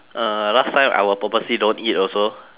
uh last time I will purposely don't eat also